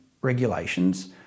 regulations